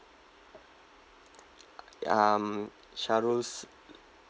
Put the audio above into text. um shahrus